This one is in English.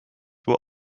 were